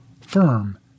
firm